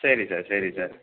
சரி சார் சரி சார்